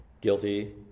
Guilty